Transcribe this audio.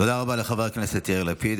תודה רבה לחבר הכנסת יאיר לפיד,